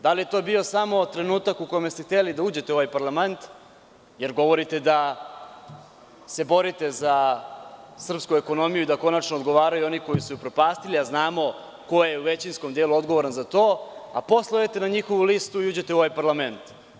Da li je to bio samo trenutak u kome ste hteli da uđete u ovaj parlament, jer govorite da se borite za srpsku ekonomiju i da konačno odgovaraju oni koji su je upropastili, a znamo ko je u većinskom delu odgovoran za to, a posle odete na njihovu listu i uđete u ovaj parlament?